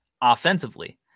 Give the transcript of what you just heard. offensively